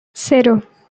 cero